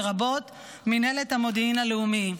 לרבות מינהלת המודיעין הלאומי.